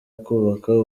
kubaka